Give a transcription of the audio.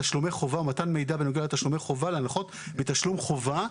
בתשלומי חובה ומתן מידע בנוגע להנחות בתשלומי חובה,